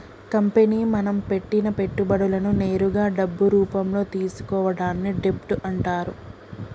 company మనం పెట్టిన పెట్టుబడులను నేరుగా డబ్బు రూపంలో తీసుకోవడాన్ని డెబ్ట్ అంటరు